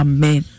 Amen